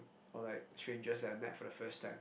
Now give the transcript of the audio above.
or like strangers that I met for the first time